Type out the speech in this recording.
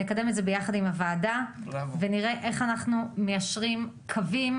נקדם את זה יחד עם הוועדה ונראה איך אנחנו מיישרים קווים,